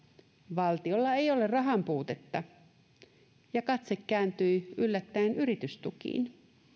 valtiolla ei ole rahan puutetta ja katse kääntyi yllättäen yritystukiin